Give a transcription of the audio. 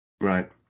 Right